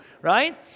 right